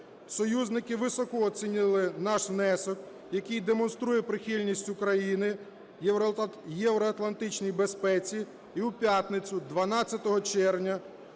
Союзники високо оцінили наш внесок, який демонструє прихильність України Євроатлантичній безпеці. І у п'ятницю 12 червня